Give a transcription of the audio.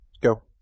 Go